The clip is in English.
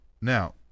Now